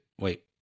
Wait